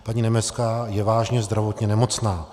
Paní Nebeská je vážně zdravotně nemocná.